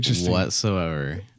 whatsoever